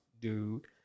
dude